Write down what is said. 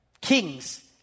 kings